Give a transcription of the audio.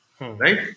right